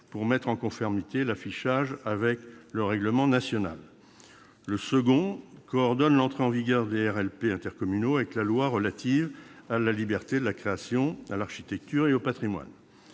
pour mettre en conformité l'affichage avec le règlement national. Le second- l'article 4 du texte -coordonne l'entrée en vigueur des RLP intercommunaux avec la loi relative à la liberté de la création, à l'architecture et au patrimoine.